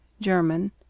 German